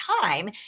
time